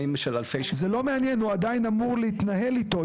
זה לא מעניין, הוא עדיין אמור להתנהל איתו.